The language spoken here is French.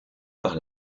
par